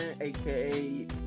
aka